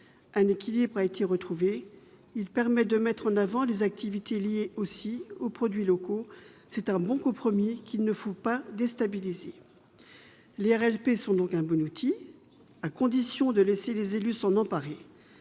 Un équilibre a été retrouvé ; il permet de mettre en avant les activités liées également aux produits locaux. C'est un bon compromis, qu'il ne faudrait pas déstabiliser. Les RLP sont un bon outil, à condition de laisser les élus s'en emparer.